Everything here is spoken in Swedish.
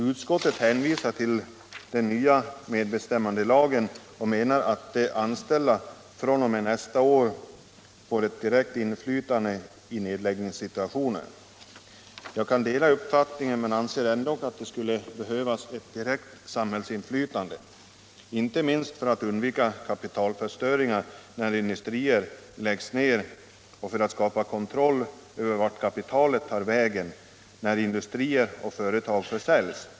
Utskottet hänvisar till den nya medbestämmandelagen och menar att de anställda fr.o.m. nästa år får ett direkt inflytande i nedläggningssituationer. Jag kan dela uppfattningen, men anser ändock att det skulle behövas ett direkt samhällsinflytande, inte minst för att undvika kapitalförstöring när industrier läggs ned och för att skapa kontroll över vart kapitalet tar vägen då industrier och företag säljs.